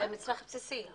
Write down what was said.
הבקבוקים הם מצרך בסיסי.